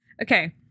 Okay